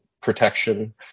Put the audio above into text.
protection